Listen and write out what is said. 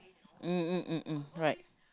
mm mm mm mm right